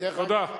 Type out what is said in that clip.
תודה.